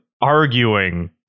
arguing